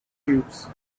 cubes